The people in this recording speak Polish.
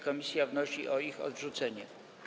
Komisja wnosi o ich odrzucenie.